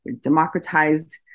democratized